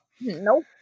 Nope